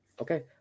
okay